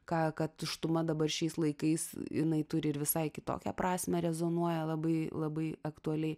ką kad tuštumą dabar šiais laikais jinai turi ir visai kitokią prasmę rezonuoja labai labai aktualiai